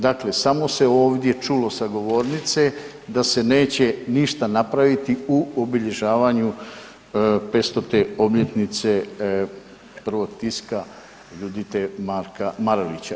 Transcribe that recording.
Dakle, samo se ovdje čulo sa govornice da se neće ništa napraviti u obilježavanju 500. obljetnice prvog tiska „Judite“ Marka Marulića.